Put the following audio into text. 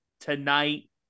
tonight